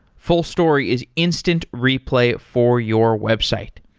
fullstory is instant replay for your website.